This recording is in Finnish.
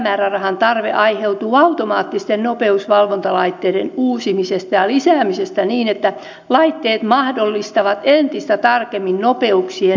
lisämäärärahan tarve aiheutuu automaattisten nopeusvalvontalaitteiden uusimisesta ja lisäämisestä niin että laitteet mahdollistavat entistä tarkemmin nopeuksien ylittämisen valvonnan